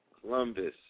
Columbus